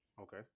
Okay